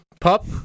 Pup